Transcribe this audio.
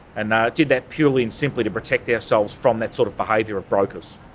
and i did that purely and simply to protect ourselves from that sort of behaviour of brokers.